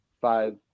five